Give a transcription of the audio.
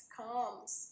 comes